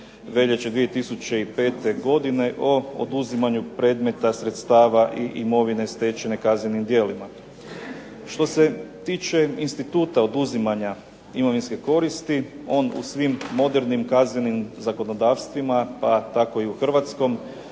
veljače 2005. godine o oduzimanju predmeta, sredstava i imovine stečenim kaznenim djelima. Što se tiče instituta oduzimanja imovinske koristi on u svim modernim kaznenim zakonodavstvima, pa tako i u hrvatskom